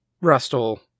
Rustle